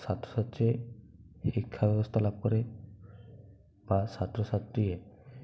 ছাত্ৰ ছাত্ৰী শিক্ষা ব্যৱস্থা লাভ কৰে বা ছাত্ৰ ছাত্ৰীয়ে